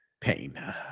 pain